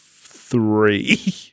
three